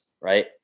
right